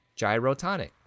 Gyrotonic